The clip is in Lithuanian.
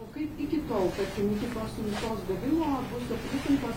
o kaip iki tol tarkim iki tos siuntos gavimo bus aprūpintos